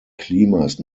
klimas